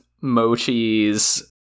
Mochi's